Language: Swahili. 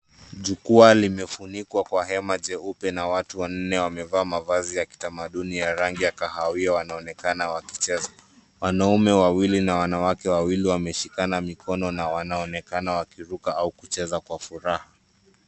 Jukwaa limefunikwa kwa hema jeupe na watu wanne wamevaa mavazi ya kitamaduni ya rangi ya kahawia wanaonekana wakicheza. Wanaume wawili na wanawake wawili wameshikana mikono na wanaonekana wakiruka au kucheza kwa furaha.